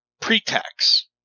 Pre-tax